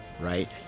right